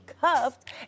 cuffed